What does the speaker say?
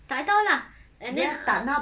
tak tahu lah and then uh